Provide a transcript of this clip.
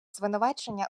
звинувачення